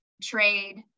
trade